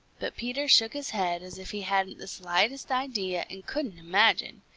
but peter shook his head as if he hadn't the slightest idea and couldn't imagine.